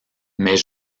mais